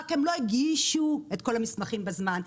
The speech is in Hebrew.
רק הם לא הגידו את כל המסמכים בזמן,